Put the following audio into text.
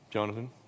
Jonathan